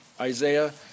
Isaiah